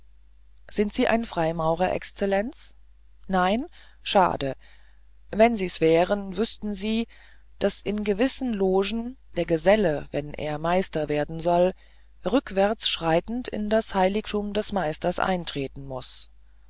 sind sie freimaurer exzellenz nein schade wenn sie's wären wüßten sie daß in gewissen logen der geselle wenn er meister werden soll rückwärts schreitend in das heiligtum des meisters eintreten muß